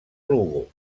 lugo